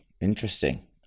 interesting